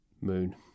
moon